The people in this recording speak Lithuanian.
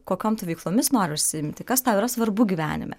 kokiom tu veiklomis nori užsiimti kas tau yra svarbu gyvenime